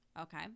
Okay